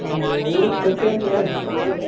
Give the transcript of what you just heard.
hello sir केह् हाल चाल ऐ